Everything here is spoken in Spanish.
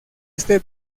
este